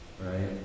Right